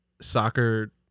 Soccer